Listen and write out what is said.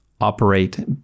operate